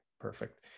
perfect